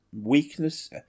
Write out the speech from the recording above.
weakness